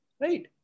Right